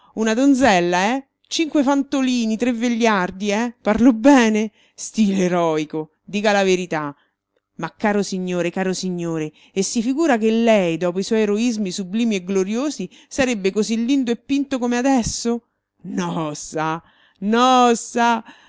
una donzella eh cinque fantolini tre vegliardi eh parlo bene stile eroico dica la verità ma caro signore caro signore e si figura che lei dopo i suoi eroismi sublimi e gloriosi sarebbe così lindo e pinto com'è adesso no sa no sa